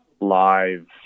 live